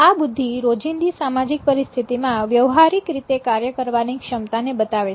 આ બુદ્ધિ રોજિંદી સામાજિક પરિસ્થિતિમાં વ્યવહારિક રીતે કાર્ય કરવાની ક્ષમતા ને બતાવે છે